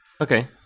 Okay